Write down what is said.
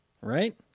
right